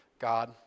God